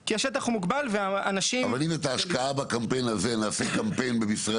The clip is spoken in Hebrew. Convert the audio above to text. כי השטח הוא מוגבל- -- אבל אם את ההשקעה בקמפיין הזה נעשה במשרדי